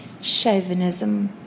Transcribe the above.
chauvinism